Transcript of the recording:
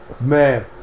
man